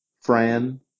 Fran